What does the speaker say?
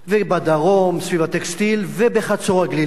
בדרום סביב הטקסטיל, ובחצור-הגלילית